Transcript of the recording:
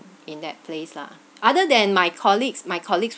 in that place lah other than my colleagues my colleagues